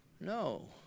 No